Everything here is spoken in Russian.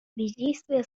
бездействия